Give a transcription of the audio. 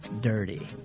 dirty